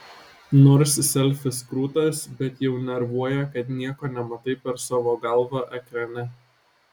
nors selfis krūtas bet jau nervuoja kad nieko nematai per savo galvą ekrane